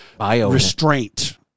restraint